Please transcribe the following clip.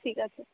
ঠিক আছে